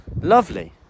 lovely